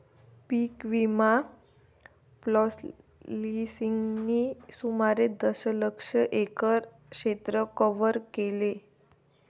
पीक विमा पॉलिसींनी सुमारे दशलक्ष एकर क्षेत्र कव्हर केले